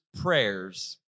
prayers